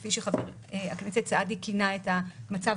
כפי שחבר הכנסת סעדי כינה את המצב,